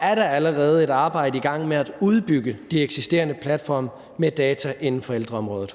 er der allerede et arbejde i gang med at udbygge de eksisterende platforme med data inden for ældreområdet.